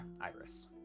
Iris